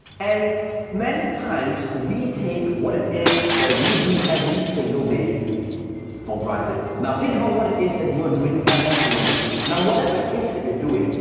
and many times, we take what it is that we do every single day for granted. now, think about what it is that you're doing every single day. now, whatever it is that you're doing,